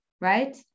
right